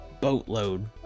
boatload